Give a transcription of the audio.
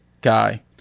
guy